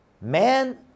Man